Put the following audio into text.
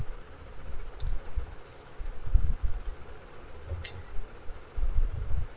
okay